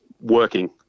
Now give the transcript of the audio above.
working